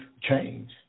change